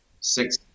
six